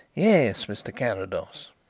yes, mr. carrados.